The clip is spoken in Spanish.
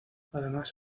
además